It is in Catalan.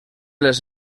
les